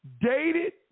dated